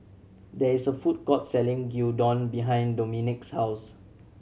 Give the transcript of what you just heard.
there is a food court selling Gyudon behind Dominque's house